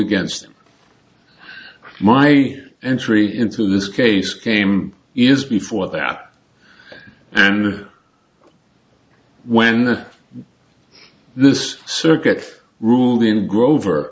against my entry into this case came years before that and when this circuit ruled in grover